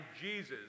Jesus